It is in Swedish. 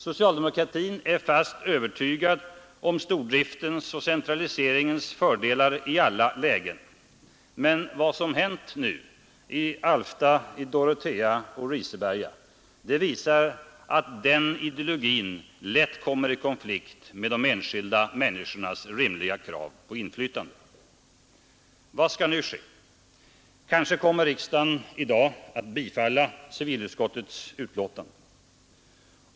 Socialdemokratin är fast övertygad om stordriftens och centraliseringens fördelar i alla lägen. Men vad som hänt i Dorotea, Alfta och Riseberga visar att den ideologin lätt kommer i konflikt med enskilda människors rimliga krav på inflytande. Vad skall nu ske? Kanske kommer riksdagen i dag att bifalla civilutskottets utlåtande.